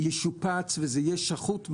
ישופץ וזה יהיה שחוט,